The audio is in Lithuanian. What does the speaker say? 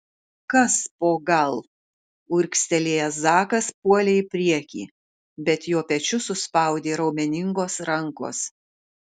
kas po gal urgztelėjęs zakas puolė į priekį bet jo pečius suspaudė raumeningos rankos